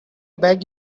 beg